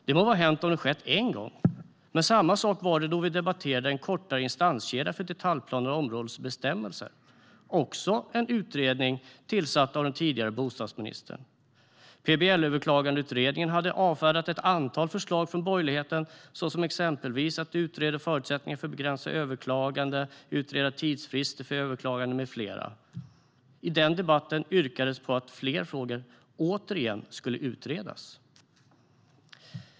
Det må vara hänt om det skett en gång. Men det var samma sak då vi debatterade utredningen En kortare instanskedja för detaljplaner och områdesbestämmelser . Det var också en utredning tillsatt av den tidigare bostadsministern. PBL-överklagandeutredningen hade avfärdat ett antal förslag från borgerligheten såsom att utreda förutsättningarna för att begränsa överklaganden, utreda tidsfrist för överklaganden med mera. I den debatten yrkades på att fler frågor återigen skulle utredas.